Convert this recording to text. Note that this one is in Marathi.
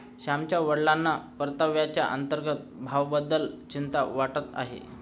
श्यामच्या वडिलांना परताव्याच्या अंतर्गत भावाबद्दल चिंता वाटत आहे